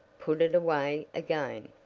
put it away again.